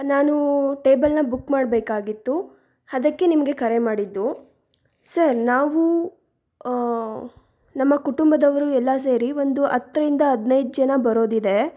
ನಾನು ಟೇಬಲ್ನ ಬುಕ್ ಮಾಡಬೇಕಾಗಿತ್ತು ಅದಕ್ಕೆ ನಿಮಗೆ ಕರೆ ಮಾಡಿದ್ದು ಸರ್ ನಾವು ನಮ್ಮ ಕುಟುಂಬದವರು ಎಲ್ಲ ಸೇರಿ ಒಂದು ಹತ್ತರಿಂದ ಹದಿನೈದು ಜನ ಬರೋದಿದೆ